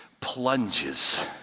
plunges